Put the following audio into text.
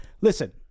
Listen